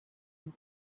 with